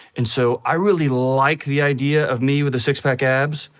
and so, i really like the idea of me with a six-pack abs,